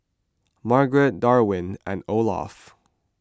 Margaret Darwyn and Olaf